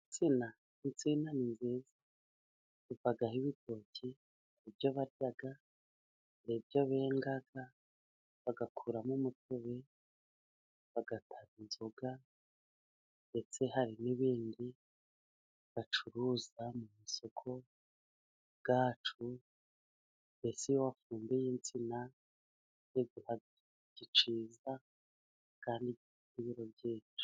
Insina, insina ni nziza ivaho ibitoki ,ibyo barya, ibyo benga bagakuramo umutobe, bagatara inzoga, ndetse hari n'ibindi bacuruza mu masoko yacu mbese iyo wafumbiye insina igira igitoki cyiza kandi gifite ibiro byinshi.